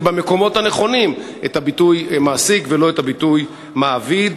במקומות הנכונים את הביטוי מעסיק ולא את הביטוי מעביד.